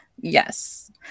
yes